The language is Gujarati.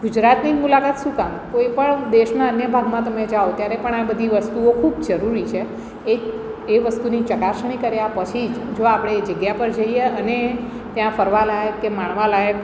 ગુજરાતની જ મુલાકાત શું કામ કોઈપણ દેશનાં અન્ય ભાગમાં તમે જાઓ ત્યારે પણ આ બધી વસ્તુઓ ખૂબ જરૂરી છે એક એ વસ્તુની ચકાસણી કર્યા પછી જ જો આપણે એ જગ્યા પર જઈએ અને ત્યાં ફરવાલાયક કે માણવાલાયક